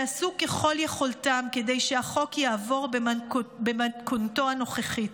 שעשו ככל יכולתם כדי שהחוק יעבור במתכונתו הנוכחית,